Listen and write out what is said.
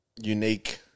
unique